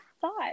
thought